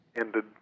ended